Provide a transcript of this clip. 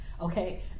okay